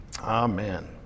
Amen